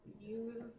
use